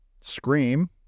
scream